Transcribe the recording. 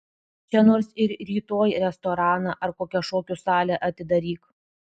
čia nors ir rytoj restoraną ar kokią šokių salę atidaryk